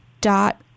dot